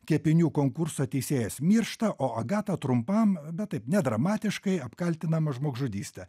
kepinių konkurso teisėjas miršta o agata trumpam bet taip ne dramatiškai apkaltinama žmogžudyste